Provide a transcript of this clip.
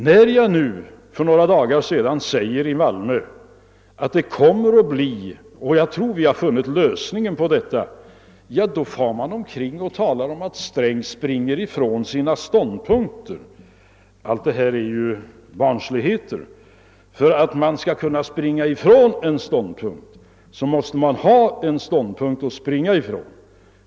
När jag för några dagar sedan i Malmö framhöll att vi tror oss ha funnit lösningen, far man omkring och talar om att Sträng springer ifrån sina ståndpunkter. Allt detta är barnsligheter. För att man skall kunna springa ifrån en ståndpunkt måste man ha intagit en egen ståndpunkt.